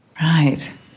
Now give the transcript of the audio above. Right